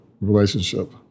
relationship